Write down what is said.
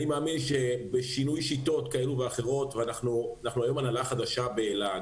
אני מאמין שבשינוי שיטות כאלה ואחרות ואנחנו היום הנהלה חדשה באל"ה,